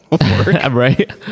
right